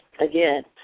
Again